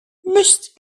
müsst